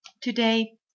today